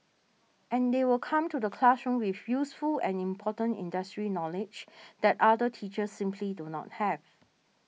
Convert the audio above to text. and they will come to the classroom with useful and important industry knowledge that other teachers simply do not have